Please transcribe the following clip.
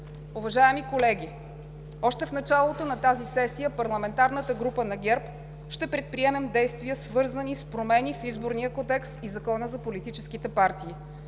Уважаеми колеги, още в началото на тази сесия парламентарната група на ГЕРБ ще предприемем действия, свързани с промени в Изборния кодекс и Закона за политическите партии.